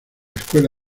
escuela